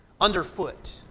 underfoot